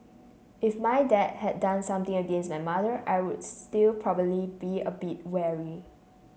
if my dad had done something against my mother I will still probably be a bit wary